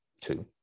two